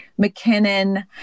McKinnon